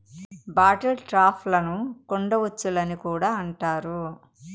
bottle ట్రాప్లను కుండ ఉచ్చులు అని కూడా అంటారు